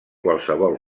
qualsevol